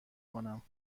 کنم